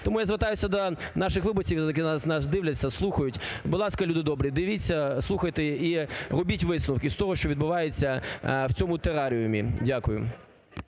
Тому я звертаюся до наших виборців, які нас дивляться, слухають. Будь ласка, люди добрі, дивіться, слухайте і робіть висновки з того, що відбувається в цьому тераріумі. Дякую.